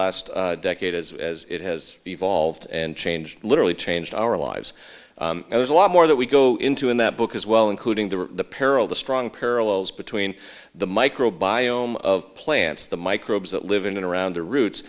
last decade as as it has evolved and changed literally changed our lives and there's a lot more that we go into in that book as well including the peril the strong parallels between the micro biome of plants the microbes that live in and around the roots